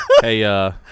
Hey